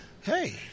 hey